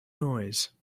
noise